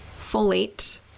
folate